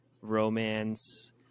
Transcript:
romance